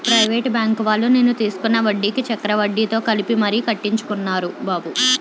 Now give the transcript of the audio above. private బాంకువాళ్ళు నేను తీసుకున్న వడ్డీకి చక్రవడ్డీతో కలిపి మరీ కట్టించుకున్నారురా బాబు